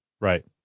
Right